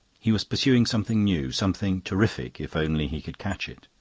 he was pursuing something new, something terrific, if only he could catch it.